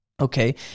okay